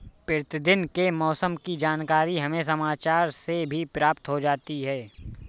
प्रतिदिन के मौसम की जानकारी हमें समाचार से भी प्राप्त हो जाती है